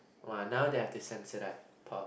(wah) now they have to sense it up pop